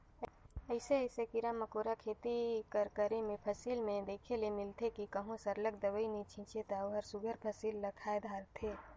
अइसे अइसे कीरा मकोरा खेती कर करे में फसिल में देखे ले मिलथे कि कहों सरलग दवई नी छींचे ता ओहर सुग्घर फसिल ल खाए धारथे